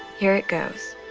here it goes.